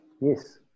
yes